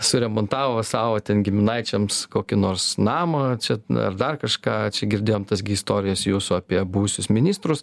suremontavo sau ten giminaičiams kokį nors namą čia ar dar kažką girdėjom tas gi istorijas jūsų apie buvusius ministrus